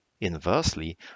Inversely